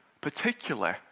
Particularly